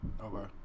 Okay